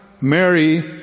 Mary